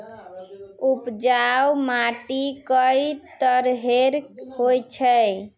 उपजाऊ माटी कई तरहेर होचए?